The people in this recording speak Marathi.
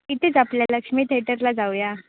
इथेच आपल्या लक्ष्मी थिएटरला जाऊया